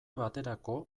baterako